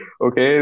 Okay